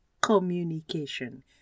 communication